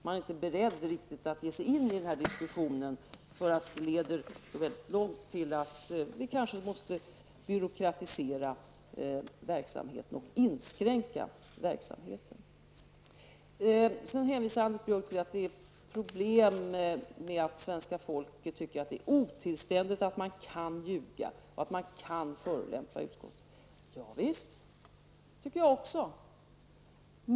Man är inte riktigt beredd att ge sig in i diskussionen, eftersom det leder väldigt långt -- kanske till att vi måste byråkratisera och inskränka verksamheten. Anders Björck hänvisar till att det är ett problem att svenska folket tycker att det är otillständigt att man kan ljuga inför utskottet och att man kan förolämpa utskottet. Ja visst, det tycker jag också.